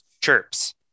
chirps